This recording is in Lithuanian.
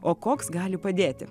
o koks gali padėti